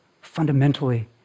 fundamentally